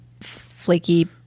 flaky